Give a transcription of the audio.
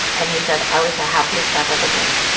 and he said, i was the happiest i've ever been